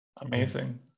Amazing